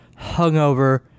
hungover